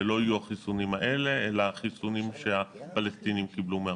אלה לא יהיו החיסונים האלה אלא חיסונים שהפלסטינים קיבלו מהרוסים.